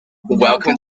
welcome